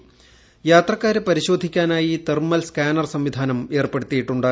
മൃയാത്രക്കാരെ പരിശോധിക്കാനായി thermal scanner സംവിധാന്റു ഏർപ്പെടുത്തിയിട്ടുണ്ട്